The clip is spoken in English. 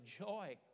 joy